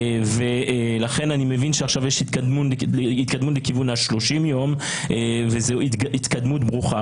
לכן אני מבין שעכשיו יש התקדמות לכיוון 30 ימים וזוהי התקדמות ברוכה.